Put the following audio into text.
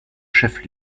chef